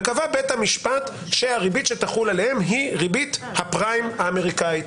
קבע בית המשפט שהריבית שתחול עליהם היא ריבית הפריים האמריקאית